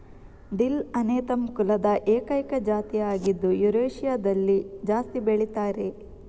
dill Anethum ಕುಲದ ಏಕೈಕ ಜಾತಿ ಆಗಿದ್ದು ಯುರೇಷಿಯಾದಲ್ಲಿ ಜಾಸ್ತಿ ಬೆಳೀತಾರೆ